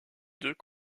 deux